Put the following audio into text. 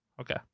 Okay